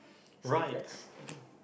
so that's